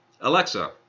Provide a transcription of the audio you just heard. Alexa